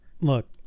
Look